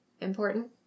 important